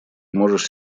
можешь